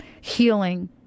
healing